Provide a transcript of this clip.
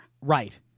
Right